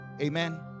Amen